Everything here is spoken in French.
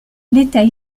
l’état